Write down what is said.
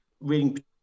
reading